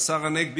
השר הנגבי,